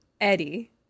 Eddie